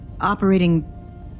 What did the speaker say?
Operating